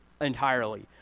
entirely